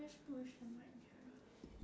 uh I think ask me the question